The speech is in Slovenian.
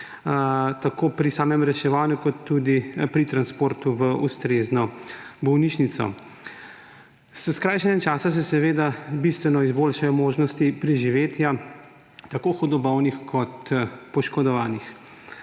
tako pri samem reševanju kot tudi pri transportu v ustrezno bolnišnico. S skrajšanjem časa se seveda bistveno izboljšajo možnosti preživetja tako hudo bolnih kot poškodovanih.